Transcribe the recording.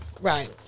Right